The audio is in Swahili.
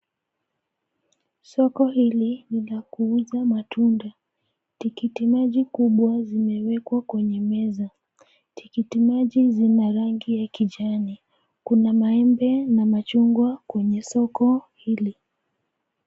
Soko hili ni la kuuza matunda. Tikitimaji kubwa zimewekwa kwenye meza. Tikitimaji zina rangi ya kijani. Kuna maembe na machungwa kwenye soko hili.